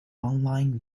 online